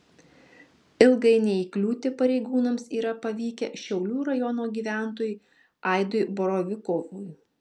ilgai neįkliūti pareigūnams yra pavykę šiaulių rajono gyventojui aidui borovikovui